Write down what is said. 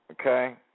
Okay